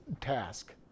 task